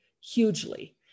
hugely